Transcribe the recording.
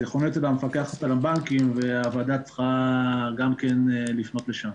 זה אצל המפקחת על הבנקים והוועדה צריכה גם לפנות לשם.